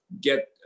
get